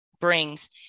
brings